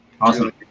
Awesome